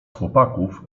chłopaków